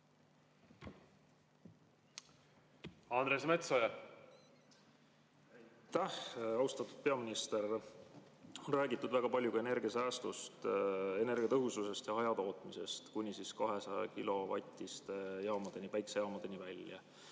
Andres Metsoja. Aitäh! Austatud peaminister! On räägitud väga palju ka energiasäästust, energiatõhususest ja hajatootmisest kuni 200‑kilovatiste päikesejaamadeni välja.